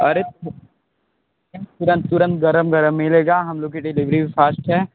अरे तुरंत तुरंत गरम गरम मिलेगा हम लोगों की देलेवरी भी फ़ास्ट है